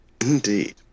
Indeed